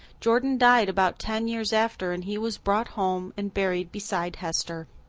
jordan died about ten years after and he was brought home and buried beside hester.